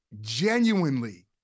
Genuinely